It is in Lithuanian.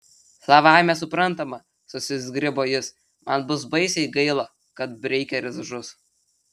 savaime suprantama susizgribo jis man bus baisiai gaila kad beikeris žus